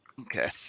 Okay